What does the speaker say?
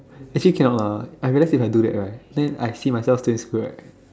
actually cannot lah I realise if I do that right then I see myself still in school right